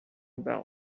about